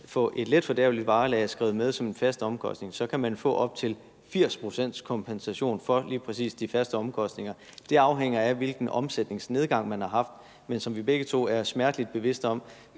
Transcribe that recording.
kan få et letfordærveligt varelager skrevet med som en fast omkostning, kan man få op til 80 pct.s kompensation for lige præcis de faste omkostninger. Det afhænger af, hvilken omsætningsnedgang, man har haft, og som vi begge to er smerteligt bevidste om,